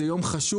זה יום חשוב.